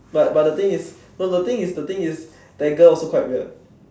but but the thing is no the thing is the thing is that girl also quite weird